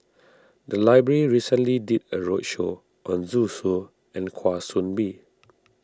the library recently did a roadshow on Zhu Xu and Kwa Soon Bee